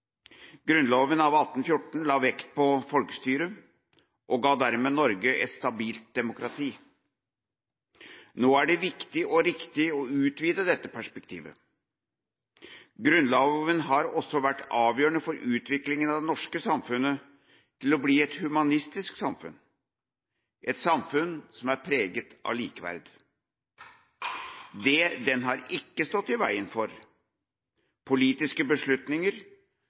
Grunnloven av 1814 la vekt på folkestyre og ga dermed Norge et stabilt demokrati. Nå er det viktig og riktig å utvide dette perspektivet. Grunnloven har også vært avgjørende for utviklinga av det norske samfunnet til å bli et humanistisk samfunn, og et samfunn som er preget av likeverd. Den har ikke stått i veien for politiske beslutninger